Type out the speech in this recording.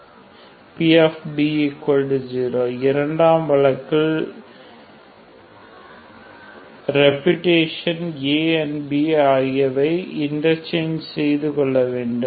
pb0 இரண்டாம் வழக்கில் reputation a b ஆகியவை இன்டெர்ச்செஞ் செய்து கொள்ள வேண்டும்